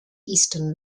eastern